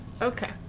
Okay